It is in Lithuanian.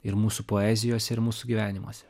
ir mūsų poezijose ir mūsų gyvenimuose